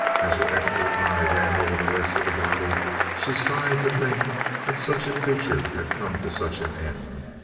as her expert eye ran over the rest of the body she sighed to think that such a creature had come to such an end.